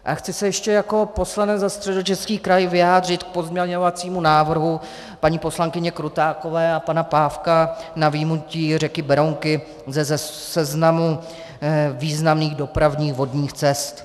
A chci se ještě jako poslanec za Středočeský kraj vyjádřit k pozměňovacímu návrhu paní poslankyně Krutákové a pana Pávka na vyjmutí řeky Berounky ze seznamu významných dopravních vodních cest.